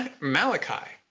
Malachi